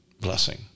blessing